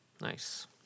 Nice